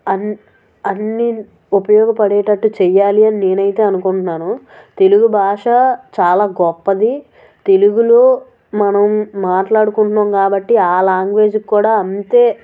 అన్ అన్నీ ఉపయోగపడేటట్టు చేయాలి అని నేను అయితే అనుకుంటున్నాను తెలుగు భాష చాలా గొప్పది తెలుగులో మనం మాట్లాడుకుంటున్నాము కాబట్టి ఆ లాంగ్వేజ్కి కూడా అంతే